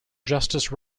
justice